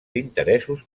interessos